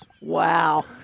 Wow